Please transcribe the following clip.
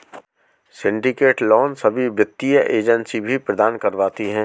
syndicate loan सभी वित्तीय agency भी प्रदान करवाती है